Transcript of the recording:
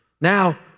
Now